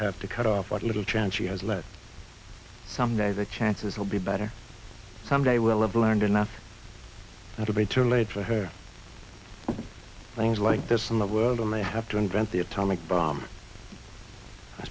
have to cut off what little chance she has left some day the chances will be better some day we'll have learned enough not to be too late for her things like this in the world and they have to invent the atomic bomb i